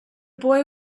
boy